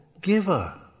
giver